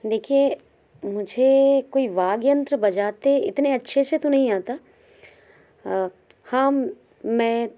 देखिए मुझे कोई वाद्य यंत्र बजाते इतने अच्छे से तो नहीं आता हाँ मैं